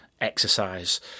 exercise